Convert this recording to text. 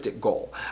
goal